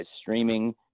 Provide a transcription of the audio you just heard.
streaming